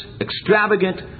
extravagant